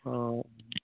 অঁ